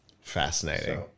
Fascinating